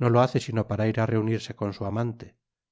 no lo hace sino para ir á reunirse con su amante